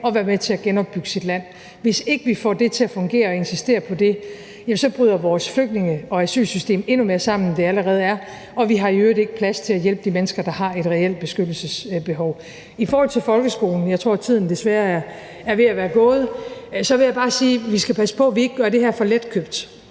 og være med til at genopbygge sit land. Hvis ikke vi får det til at fungere og insisterer på det, bryder vores flygtninge- og asylsystem endnu mere sammen, end det allerede er, og så har vi i øvrigt ikke plads til at hjælpe de mennesker, der har et reelt beskyttelsesbehov. Jeg tror desværre, at tiden er ved at være gået, men jeg vil bare sige i forhold til folkeskolen, at vi skal passe på, at vi ikke gør det her for letkøbt.